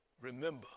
Remember